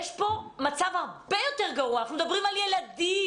יש פה מצב הרבה יותר גרוע אנחנו מדברים על ילדים,